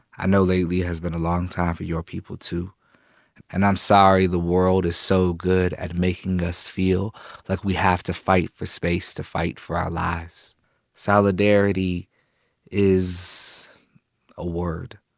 i know lately has been a long time for your people too and i'm sorry the world is so good at making us feel like we have to fight for space to fight for our lives solidarity is a word,